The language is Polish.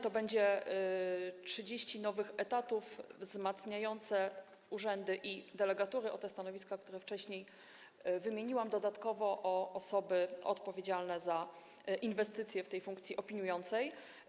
To będzie 30 nowych etatów wzmacniających urzędy i delegatury o te stanowiska, które wcześniej wymieniłam, a dodatkowo o osoby odpowiedzialne za inwestycje z punktu widzenia funkcji opiniującej.